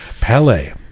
Pele